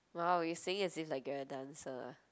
wow you saying as if like you're a dancer ah